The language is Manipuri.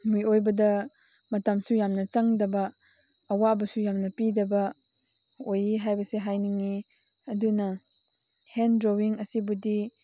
ꯃꯤꯑꯣꯏꯕꯗ ꯃꯇꯝꯁꯨ ꯌꯥꯝꯅ ꯆꯪꯗꯕ ꯑꯋꯥꯕꯁꯨ ꯌꯥꯝꯅ ꯄꯤꯗꯕ ꯑꯣꯏꯌꯦ ꯍꯥꯏꯕꯁꯤ ꯍꯥꯏꯅꯤꯡꯉꯤ ꯑꯗꯨꯅ ꯍꯦꯟ ꯗ꯭ꯔꯣꯋꯤꯡ ꯑꯁꯤꯕꯨꯗꯤ